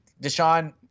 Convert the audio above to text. Deshaun